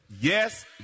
Yes